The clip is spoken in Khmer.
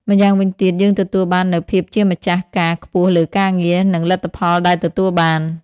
ម្យ៉ាងវិញទៀត យើងទទួលបាននូវភាពជាម្ចាស់ការខ្ពស់លើការងារ និងលទ្ធផលដែលទទួលបាន។